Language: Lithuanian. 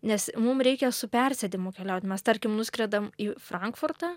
nes mum reikia su persėdimu keliaut mes tarkim nuskredam į frankfurtą